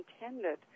intended